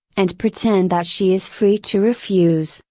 and pretend that she is free to refuse,